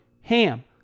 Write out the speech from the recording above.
HAM